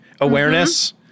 awareness